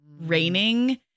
raining